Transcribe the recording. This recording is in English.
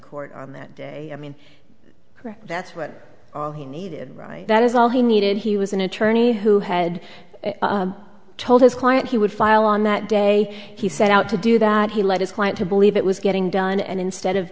court on that day i mean that's what all he needed right that is all he needed he was an attorney who had told his client he would file on that day he set out to do that he let his client to believe it was getting done and instead of